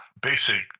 basic